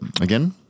again